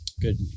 Good